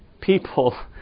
people